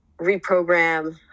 reprogram